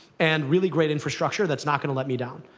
and really great infrastructure that's not going to let me down.